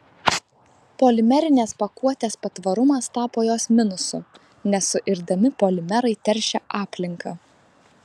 polimerinės pakuotės patvarumas tapo jos minusu nesuirdami polimerai teršia aplinką